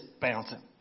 bouncing